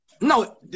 No